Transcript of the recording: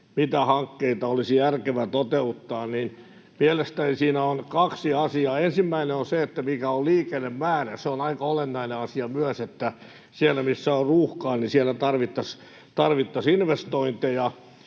mitä hankkeita olisi järkevä toteuttaa, niin mielestäni siinä on kaksi asiaa. Ensimmäinen on se, mikä on liikennemäärä. Se on aika olennainen asia myös, että siellä missä on ruuhkaa, siellä tarvittaisiin investointeja.